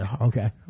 okay